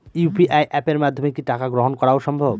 UPI অ্যাপের মাধ্যমে কি টাকা গ্রহণ করাও সম্ভব?